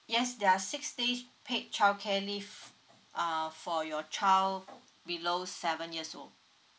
yes there are six days paid childcare leave uh for your child below seven years old